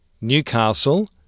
Newcastle